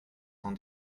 down